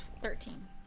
Thirteen